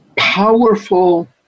powerful